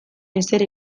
ezer